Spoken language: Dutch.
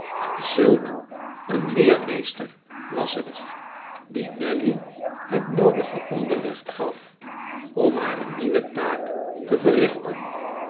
zulk een leermeester was het die nelly het noodige onderricht gaf om hare nieuwe taak te verrichten